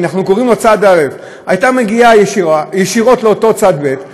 שאנחנו קוראים לו צד א': הייתה מגיעה ישירות לאותו צד ב',